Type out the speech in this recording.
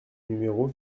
numéro